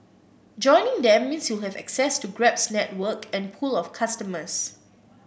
joining them means you'll have access to Grab's network and pool of customers